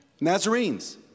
Nazarenes